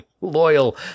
loyal